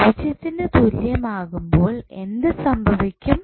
പൂജ്യത്തിന് തുല്യം ആകുമ്പോൾ എന്ത് സംഭവിക്കും